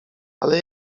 ale